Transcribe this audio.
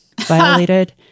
violated